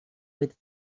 with